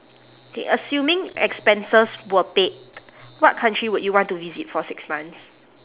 okay assuming expenses were paid what country would you want to visit for six months